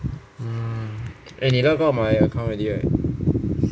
mm eh 你 logout my account already right